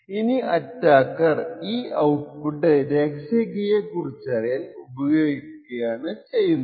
ഇനി അറ്റാക്കർ ഈ ഔട്പുട്ട് രഹസ്യ കീയെ കുറിച്ചറിയാൻ ഉപയോഗിക്കും